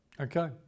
Okay